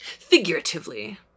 Figuratively